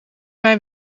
mij